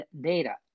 data